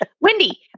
Wendy